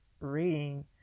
reading